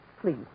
Please